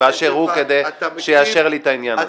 באשר הוא כדי שיאשר לי את העניין הזה.